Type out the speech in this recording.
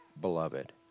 beloved